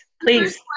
Please